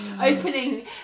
opening